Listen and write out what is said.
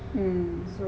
mm